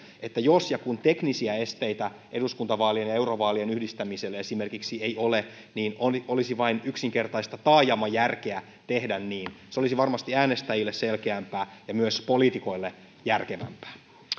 että jos ja kun teknisiä esteitä esimerkiksi eduskuntavaalien ja eurovaalien yhdistämiselle ei ole niin olisi vain yksinkertaista taajamajärkeä tehdä niin se olisi varmasti äänestäjille selkeämpää ja myös poliitikoille järkevämpää